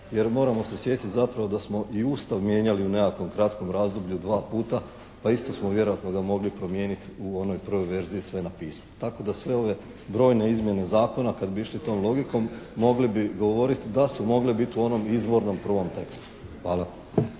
jer moramo se sjetiti zapravo da smo i Ustav mijenjali u nekakvom kratkom razdoblju dva puta pa isto smo vjerojatno ga mogli promijeniti u onoj prvoj verziji sve napisati. Tako sa sve ove brojne izmjene zakona kada bi išli tom logikom mogli bi govoriti da su mogle biti u onom izvornom prvom tekstu. Hvala.